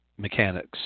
mechanics